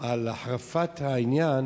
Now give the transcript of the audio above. על החרפת העניין